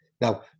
Now